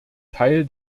teil